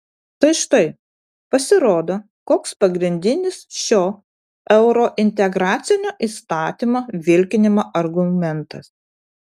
tai štai pasirodo koks pagrindinis šio eurointegracinio įstatymo vilkinimo argumentas